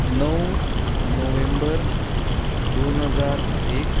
णव नोव्हेंबर दोन हजार एक